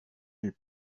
elles